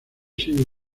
sido